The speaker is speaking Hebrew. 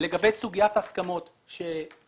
לכבוד היושב ראש לגבי סוגיית ההסכמות שאתם